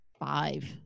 Five